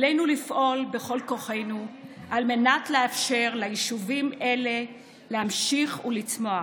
עלינו לפעול בכל כוחנו על מנת לאפשר ליישובים אלה להמשיך ולצמוח.